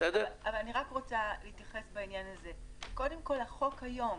החוק היום,